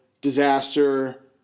Disaster